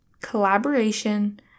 collaboration